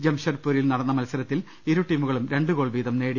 ജംഷഡ്പൂ രിൽ നടന്ന മത്സരത്തിൽ ഇരു ടീമുകളും രണ്ട് ഗോൾ വീതം നേടി